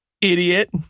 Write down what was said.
idiot